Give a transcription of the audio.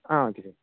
ah okay sir